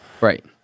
Right